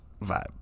vibe